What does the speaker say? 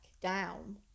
down